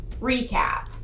recap